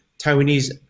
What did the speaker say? Taiwanese